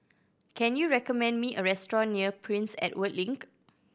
can you recommend me a restaurant near Prince Edward Link